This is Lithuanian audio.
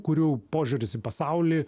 kurių požiūris į pasaulį